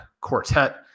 quartet